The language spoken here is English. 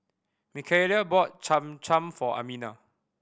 Mikaila bought Cham Cham for Amina